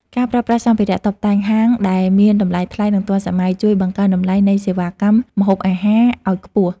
ការប្រើប្រាស់សម្ភារៈតុបតែងហាងដែលមានតម្លៃថ្លៃនិងទាន់សម័យ ជួយបង្កើនតម្លៃនៃសេវាកម្មម្ហូបអាហារឱ្យខ្ពស់។